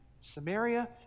Samaria